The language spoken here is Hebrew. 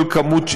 כל כמות,